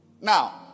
Now